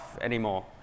anymore